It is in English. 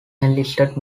enlisted